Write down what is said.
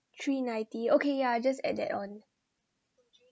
three ninety okay yeah just add that on